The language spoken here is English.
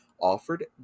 offered